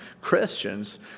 Christians